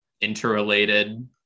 interrelated